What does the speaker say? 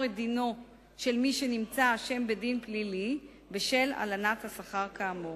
את דינו של מי שנמצא אשם בדין פלילי בשל הלנת השכר האמור.